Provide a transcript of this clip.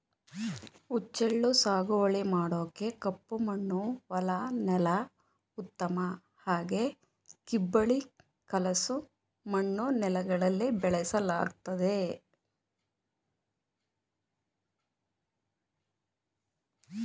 ಹುಚ್ಚೆಳ್ಳು ಸಾಗುವಳಿ ಮಾಡೋಕೆ ಕಪ್ಪಮಣ್ಣು ಹೊಲ ನೆಲ ಉತ್ತಮ ಹಾಗೆ ಕಿಬ್ಬಳಿ ಕಲಸು ಮಣ್ಣು ನೆಲಗಳಲ್ಲಿ ಬೆಳೆಸಲಾಗ್ತದೆ